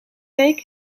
week